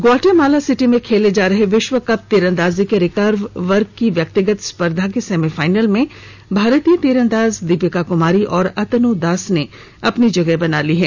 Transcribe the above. Guatemala city में खेले जा रहे विश्व कप तीरंदाजी के रिकर्व वर्ग की व्यक्तिगत स्पर्धा के सेमीफाइनल में भारतीय तीरंदाज दीपिका कुमारी और अतनु दास ने अपनी जगह बना ली है